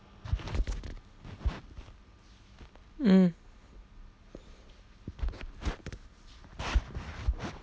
mm